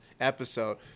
episode